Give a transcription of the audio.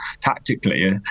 tactically